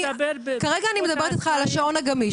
כרגע אני מדברת אתך על השעון הגמיש,